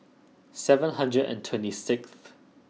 seven hundred and twenty sixth